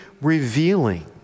revealing